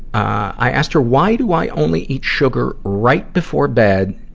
i asked her, why do i only eat sugar right before bed,